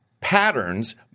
patterns